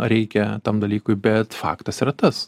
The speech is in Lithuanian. reikia tam dalykui bet faktas yra tas